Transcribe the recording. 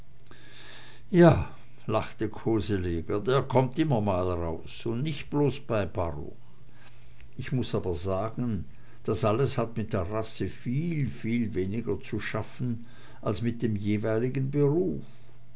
ja lachte koseleger der kommt immer mal raus und nicht bloß bei baruch ich muß aber sagen das alles hat mit der rasse viel viel weniger zu schaffen als mit dem jeweiligen beruf